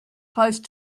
close